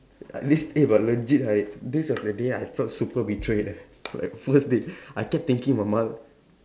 uh this eh but legit I this was the day I felt super betrayed eh like first day I kept thinking about ma~